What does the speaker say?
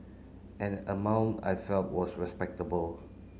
an amount I felt was respectable